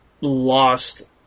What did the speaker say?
Lost